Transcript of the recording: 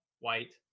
white